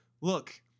look